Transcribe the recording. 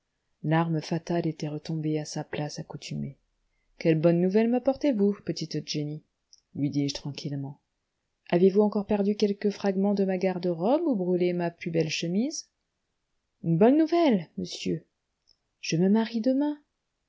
l'arme fatale était retombée à sa place accoutumée quelle bonne nouvelle m'apportez-vous petite jenny lui dis-je tranquillement avez-vous encore perdu quelque fragment de ma garde-robe ou brûlé ma plus belle chemise une bonne nouvelle monsieur je me marie demain